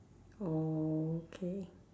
orh K